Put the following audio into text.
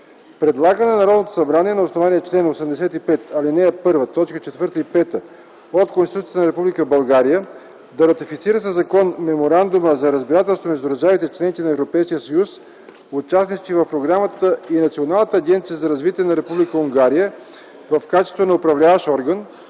Предлага на Народното събрание на основание чл. 85, ал. 1, т. 4 и 5 от Конституцията на Република България, да ратифицира със закон Меморандума за разбирателство между държавите – членки на Европейския съюз, участнички в програмата, и Националната агенция за развитие на Република Унгария в качеството на Управляващ орган,